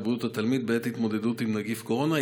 בריאות התלמיד בעת התמודדות עם נגיף קורונה,